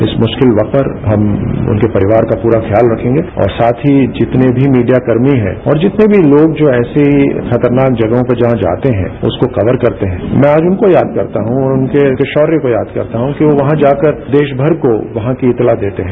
इसमुश्किल वक्त पर हम उनके परिवार का प्ररा ख्याल रखेंगे और साथ ही जितने भी मीडियाकर्मीहैं और जितने भी लोग जो ऐसी खतरनाक जगहों पे जहां जाते हैं उसको कवर करते हैं मैं आजउनको याद करता हूं और उनके शौर्य को याद करता हूं कि वो वहां जाकर देशभर को वहां कीइतला देते हैं